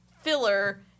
filler